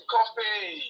Coffee